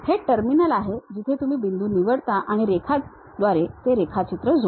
हे टर्मिनल आहे जिथे तुम्ही बिंदू निवडता आणि रेखाद्वारे ते रेखाचित्र जोडता